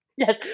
yes